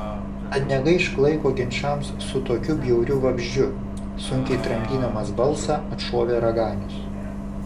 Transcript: tad negaišk laiko ginčams su tokiu bjauriu vabzdžiu sunkiai tramdydamas balsą atšovė raganius